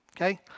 Okay